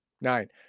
Nine